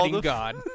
God